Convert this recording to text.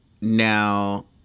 now